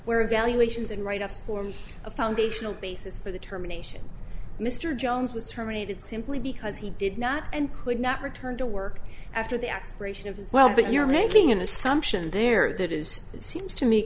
where evaluations and write offs form a foundational basis for the terminations mr jones was terminated simply because he did not and could not return to work after the expiration of his well but you're making an assumption there that is it seems to me